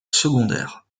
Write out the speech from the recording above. secondaires